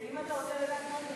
ואם אתה רוצה לדעת מה זה,